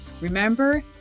remember